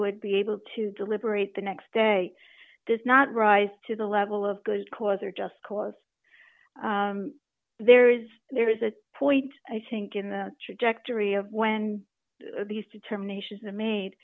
would be able to deliberate the next day does not rise to the level of good cause or just cause there is there is a point i think in the trajectory of when these determinations that ma